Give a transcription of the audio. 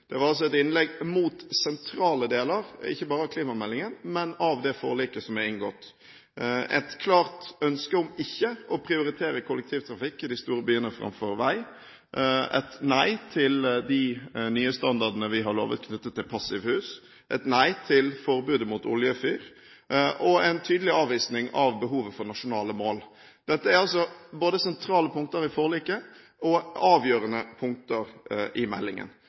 Det var et innlegg mot sentrale deler ikke bare av klimameldingen, men av det forliket som er inngått. Det var et klart ønske om ikke å prioritere kollektivtrafikk framfor vei i de store byene, et nei til de nye standardene vi har lovet knyttet til passivhus, et nei til forbudet mot oljefyring og en tydelig avvisning av behovet for nasjonale mål. Dette er både sentrale punkter i forliket og avgjørende punkter i meldingen.